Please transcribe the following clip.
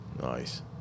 Nice